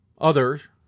others